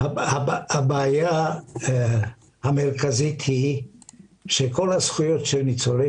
הבעיה המרכזית היא שכל הזכויות של ניצולי